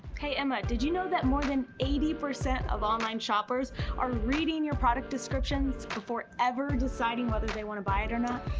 hey, emma, did you know that more than eighty percent of online shoppers are reading your product descriptions before ever deciding whether they wanna buy it or not?